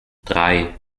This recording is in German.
drei